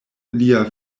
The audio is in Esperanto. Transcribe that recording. lia